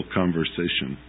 conversation